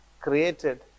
created